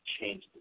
change